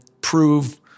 prove